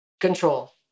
control